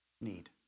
need